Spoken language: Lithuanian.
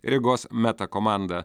rygos meta komandą